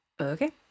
Okay